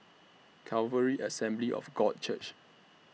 Calvary Assembly of God Church